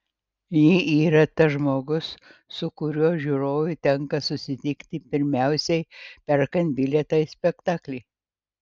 ji yra tas žmogus su kuriuo žiūrovui tenka susitikti pirmiausiai perkant bilietą į spektaklį